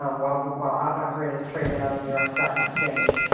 um while while ah avangrid is traded on the new york stock exchange,